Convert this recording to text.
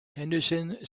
henderson